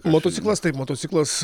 motociklas taip motociklas